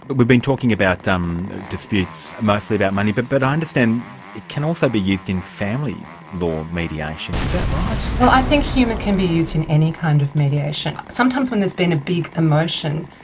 but we've been talking talking about um disputes, mostly about money, but but i understand it can also be used in family law mediations, is that right? i think humour can be used in any kind of mediation. sometimes when there's been a big emotion,